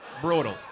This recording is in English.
brutal